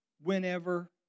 whenever